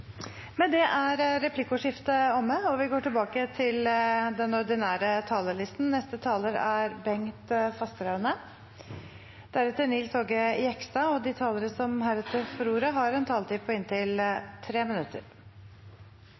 med. Replikkordskiftet er omme. De talere som heretter får ordet, har en taletid på inntil 3 minutter.